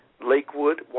Lakewood